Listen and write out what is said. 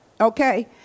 okay